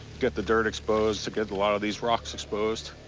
get the dirt exposed to get a lot of these rocks exposed,